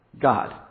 god